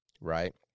right